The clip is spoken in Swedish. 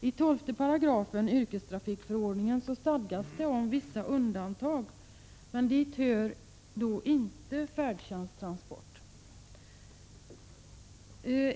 I 12 § yrkestrafikförordningen stadgas om vissa undantag, men dit hör inte färdtjänststransport.